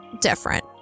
different